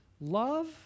Love